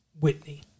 Whitney